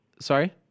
sorry